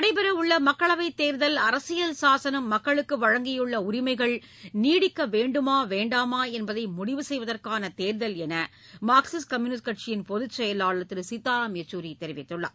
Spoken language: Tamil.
நடைபெற உள்ள மக்களவைத் தேர்தல் அரசியல் சாசனம் மக்களுக்கு வழங்கியுள்ள உரிமைகள் நீடிக்க வேண்டுமா வேண்டாமா என்பதை முடிவு செய்வதற்கான தேர்தல் என மார்க்சிஸ்ட் கம்யூனிஸ்ட் கட்சியின் பொதுச் செயலாளர் திரு சீதாராம் யெச்சூரி தெரிவித்துள்ளார்